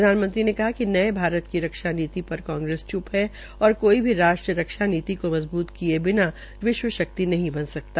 प्रधानमंत्री ने कहा कि नये भारत की रक्षा नीति पर कांग्रेस च्प है और कोई भी राष्ट्र रक्षा नीति को मजबूत किये बिना विश्व शक्ति नहीं बन सकता